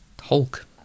Hulk